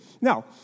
Now